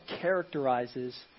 characterizes